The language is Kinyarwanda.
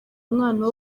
umwana